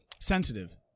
sensitive